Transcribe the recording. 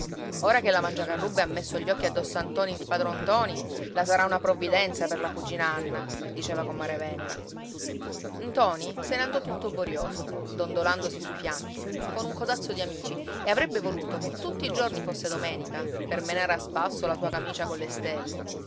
ora che la mangiacarrubbe ha messo gli occhi addosso a ntoni di padron ntoni la sarà una provvidenza per la cugina anna diceva comare venera ntoni se ne andò tutto borioso dondolandosi sui fianchi con un codazzo di amici e avrebbe voluto che tutti i giorni fosse domenica per menare a spasso la sua camicia colle stelle